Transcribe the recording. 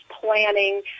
planning